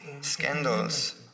scandals